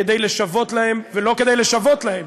כדי לשוות להם, לא כדי לשוות להם,